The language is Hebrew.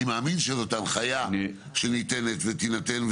אני מאמין שזאת הנחיה שניתנת ותינתן,